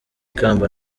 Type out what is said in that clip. ikamba